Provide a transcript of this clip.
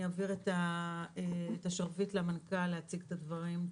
אעביר את השרביט למנכ"ל להציג את הדברים.